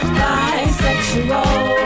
bisexual